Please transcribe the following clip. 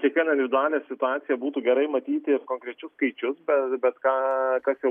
kiekvieną individualią situaciją būtų gerai matyti konkrečius skaičius bet bet ką kas jau